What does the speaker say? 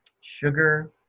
sugar